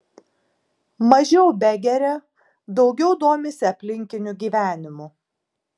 mažiau begeria daugiau domisi aplinkiniu gyvenimu